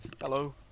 Hello